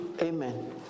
Amen